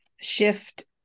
shift